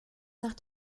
nach